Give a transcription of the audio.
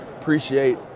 Appreciate